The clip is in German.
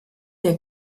der